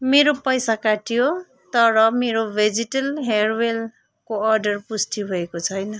मेरो पैसा काटियो तर मेरो भेजिटेल हेयरअइलको अर्डर पुष्टि भएको छैन